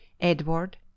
edward